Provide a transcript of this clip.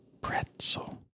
pretzel